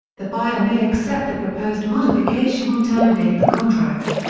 the buyer may accept the proposed modification or terminate the contract.